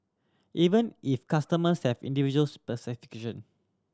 even if customers have individual specification